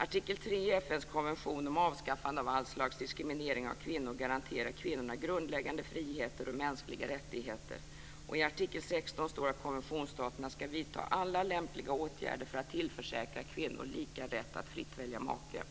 Artikel 3 i FN:s konvention om avskaffande av allt slags diskriminering av kvinnor garanterar kvinnorna grundläggande friheter och mänskliga rättigheter, och i artikel 16 står att konventionsstaterna ska vidta alla lämpliga åtgärder för att tillförsäkra kvinnor lika rätt att fritt välja make.